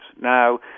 Now